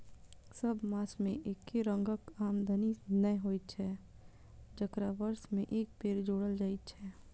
सभ मास मे एके रंगक आमदनी नै होइत छै जकरा वर्ष मे एक बेर जोड़ल जाइत छै